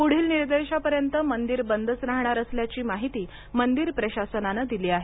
पुढील निर्देशापर्यंत मंदिर बंदच राहणार असल्याची माहिती मंदिर प्रशासनाने दिली आहे